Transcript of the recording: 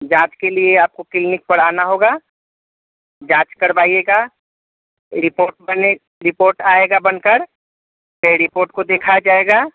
जाँच के लिए आपको क्लीनिक पर आना होगा जाँच करवाइएगा रिपोट बने रिपोट आएगा बनकर तो ये रिपोट को देखा जाएगा